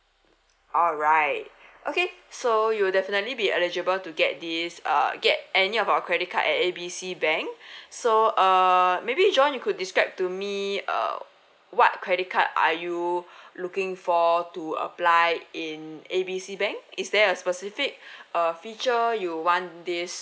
alright okay so you'll definitely be eligible to get this err get any of our credit card at A B C bank so err maybe john you could describe to me err what credit card are you looking for to apply in A B C bank is there a specific uh feature you want this